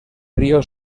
río